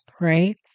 right